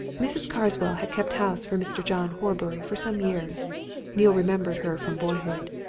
mrs. carswell had kept house for mr. john horbury for some years neale remembered her from boyhood.